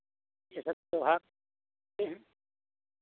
ये सब त्योहार हैं